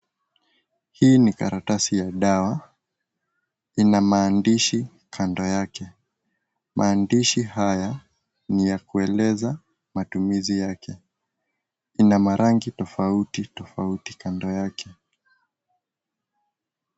Hii ni karatasi ya dawa lina maandishi kando yake ,maandishi haya ni ya kueleza matumizi yake ina marangi tofauti tofauti kando yake.